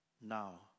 now